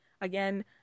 again